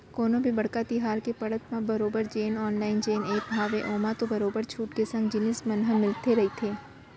कोनो भी बड़का तिहार के पड़त म बरोबर जेन ऑनलाइन जेन ऐप हावय ओमा तो बरोबर छूट के संग जिनिस मन ह मिलते रहिथे